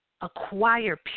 Acquire